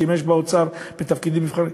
שימש באוצר בתפקידים נבחרים,